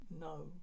No